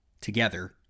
together